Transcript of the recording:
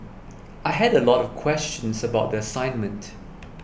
I had a lot of questions about the assignment